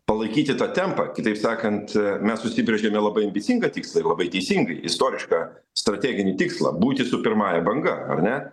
palaikyti tą tempą kitaip sakant mes užsibrėžėme labai ambicingą tikslą ir labai teisingai istorišką strateginį tikslą būti su pirmąja banga ar ne